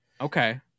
Okay